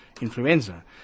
influenza